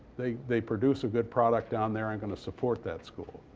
they they produce a good product down there. i'm going to support that school.